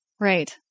Right